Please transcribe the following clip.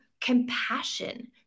compassion